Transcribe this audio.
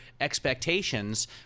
expectations